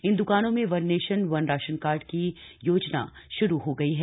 इन द्कानों में one nation one ration की योजना शुरू हो गई है